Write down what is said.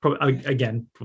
Again